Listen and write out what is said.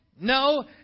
No